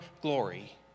glory